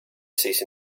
cease